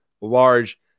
large